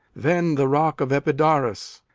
then the rock of epidaurus.